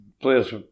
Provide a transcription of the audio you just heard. players